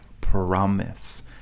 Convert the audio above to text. promise